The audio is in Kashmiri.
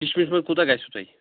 کِشمِش منٛز کوٗتاہ گژھِوُ تۄہہِ